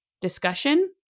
discussion